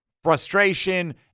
frustration